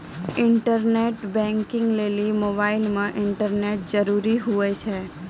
internet banking लेली mobile मे internet जरूरी हुवै छै